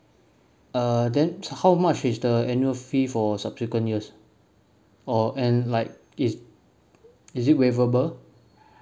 uh then how much is the annual fee for subsequent years or and like is is it waiverable